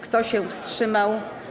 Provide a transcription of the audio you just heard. Kto się wstrzymał?